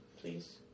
please